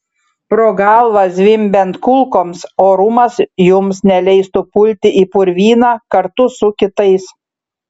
pro galvą zvimbiant kulkoms orumas jums neleistų pulti į purvyną kartu su kitais